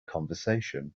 conversation